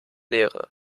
leere